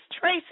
Tracy